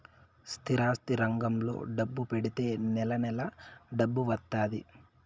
స్థిరాస్తి రంగంలో డబ్బు పెడితే నెల నెలా డబ్బు వత్తాది